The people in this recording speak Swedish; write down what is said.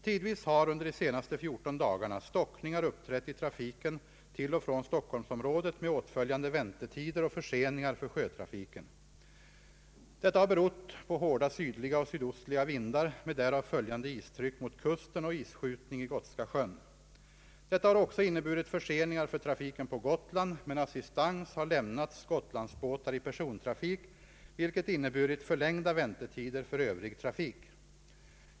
Tidvis har under de senaste fjorton dagarna stockningar uppträtt i trafiken till och från Stockholmsområdet med åtföljande väntetider och förseningar för sjötrafiken, Detta har berott på hårda sydliga och sydostliga vindar med därav följande istryck mot kusten och isskjutning i Gotska sjön. Detta har också inneburit förseningar för trafiken på Gotland, men assistans har lämnats Gotlandsbåtar i persontrafik, vilket inneburit förlängda väntetider för övrig trafik.